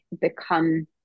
become